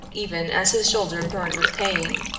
even as his shoulder burned with pain.